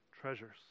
treasures